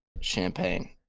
champagne